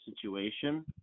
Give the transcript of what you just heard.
situation